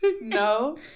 No